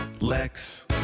Lex